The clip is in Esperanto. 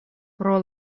pro